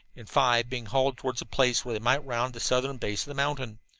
and five being hauled toward a place where they might round the southern base of the mountain.